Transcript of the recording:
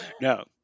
no